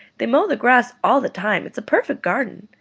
they mow the grass all the time. it's a perfect garden.